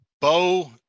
Bo